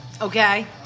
Okay